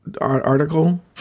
article